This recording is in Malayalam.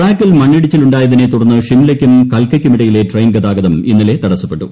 ട്രാക്കിൽ മണ്ണിടിച്ചിൽ ഉണ്ടായതിനെ തുടർന്ന് ഷിംലയ്ക്കും കൽക്കയ്ക്കുമിടയിലെ ട്രെയിൻ ഗതാഗതം ഇന്നലെ തടസ്സപ്പെട്ടു